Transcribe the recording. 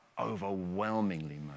overwhelmingly